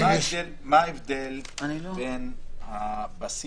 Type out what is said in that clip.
וישקלו את הצורך בהכרזה מול הפגיעה